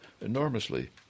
enormously